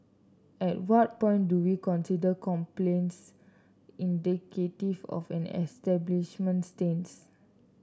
at what point do we consider complaints indicative of an establishment's stance